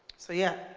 so yeah,